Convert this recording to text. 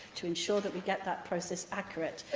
to ensure that we get that process accurate.